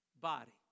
body